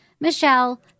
Michelle